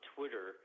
Twitter